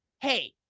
hey